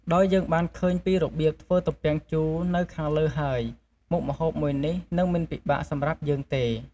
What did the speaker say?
ដោយយើងបានឃើញពីរបៀបធ្វើទំពាំងជូរនៅខាងលើហើយ មុខម្ហូបមួយនេះនឹងមិនពិបាកសម្រាប់យើងទេ។